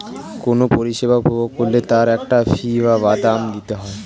কোনো পরিষেবা উপভোগ করলে তার একটা ফী বা দাম দিতে হয়